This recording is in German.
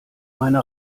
meine